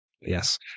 Yes